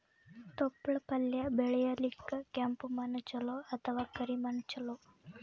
ತೊಪ್ಲಪಲ್ಯ ಬೆಳೆಯಲಿಕ ಕೆಂಪು ಮಣ್ಣು ಚಲೋ ಅಥವ ಕರಿ ಮಣ್ಣು ಚಲೋ?